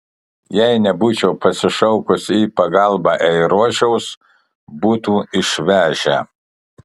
jei nebūčiau pasišaukus į pagalbą eirošiaus būtų išvežę